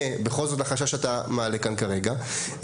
לא משנה,